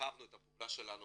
הרחבנו את הפעולה שלנו